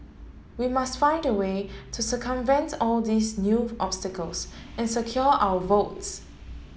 we must find a way to circumvent all these new obstacles and secure our votes